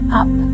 up